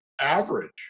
average